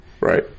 right